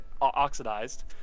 oxidized